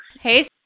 Hey